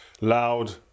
loud